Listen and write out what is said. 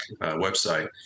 website